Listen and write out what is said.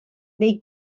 neu